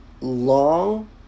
long